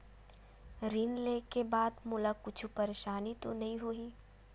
ऋण लेके बाद मोला कुछु परेशानी तो नहीं होही?